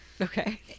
Okay